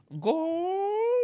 Go